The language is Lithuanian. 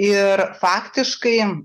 ir faktiškai